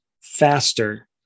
faster